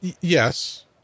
Yes